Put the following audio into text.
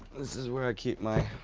this is where i keep my.